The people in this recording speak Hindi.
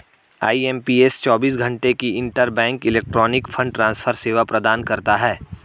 आई.एम.पी.एस चौबीस घंटे की इंटरबैंक इलेक्ट्रॉनिक फंड ट्रांसफर सेवा प्रदान करता है